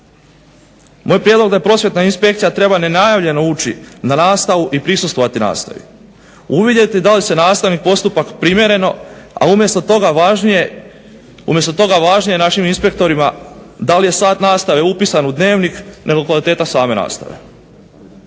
Moj prijedlog je da Prosvjetna inspekcija treba nenajavljeno ući na nastavu i prisustvovati na nastavi. Uvidjeti da li se nastavnik postupa primjerno a umjesto toga važnije je našim inspektorima da li je sat nastave upisan u dnevnik nego kvaliteta same nastave.